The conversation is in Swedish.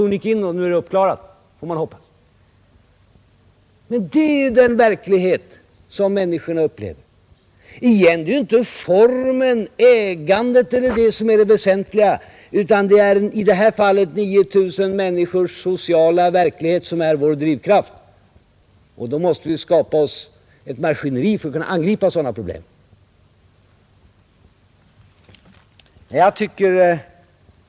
Nu är situationen uppklarad, får man hoppas. Det är den verkligheten som människorna upplever. Det är inte formen eller ägandet som är det väsentliga; i detta fall är det 9 000 människors sociala verklighet som är vår drivkraft. Då måste vi också skapa ett maskineri som gör det möjligt för oss att angripa ett sådant problem.